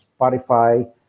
Spotify